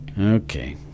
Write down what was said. Okay